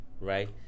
Right